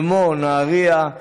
כמו נהריה,